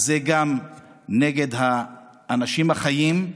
אז זה גם נגד האנשים החיים,